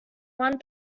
one